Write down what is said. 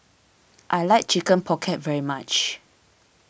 I like Chicken Pocket very much